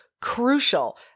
crucial